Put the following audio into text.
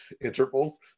intervals